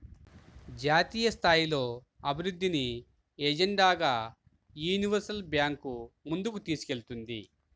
జాతీయస్థాయిలో అభివృద్ధిని ఎజెండాగా యూనివర్సల్ బ్యాంకు ముందుకు తీసుకెళ్తుంది